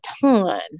ton